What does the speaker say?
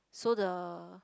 so the